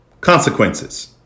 consequences